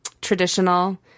traditional